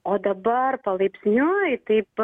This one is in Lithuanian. o dabar palaipsniui taip